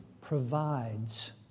provides